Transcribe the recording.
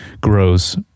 grows